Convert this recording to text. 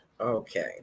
Okay